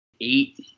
eight